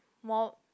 more